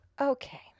Okay